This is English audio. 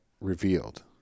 revealed